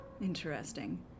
Interesting